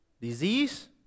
disease